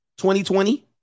2020